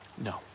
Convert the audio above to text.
No